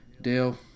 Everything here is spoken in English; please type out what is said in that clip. Dale